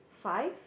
five